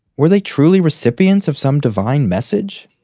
were they truly recipients of some divine message?